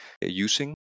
using